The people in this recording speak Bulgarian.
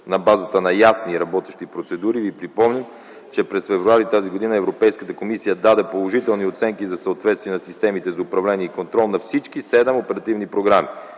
на базата на ясни и работещи процедури, ви припомням, че през м. февруари 2010 г. Европейската комисия даде положителни оценки за съответствие на системите за управление и контрол на всички седем оперативни програми.